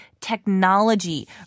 technology